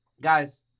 guys